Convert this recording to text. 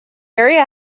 area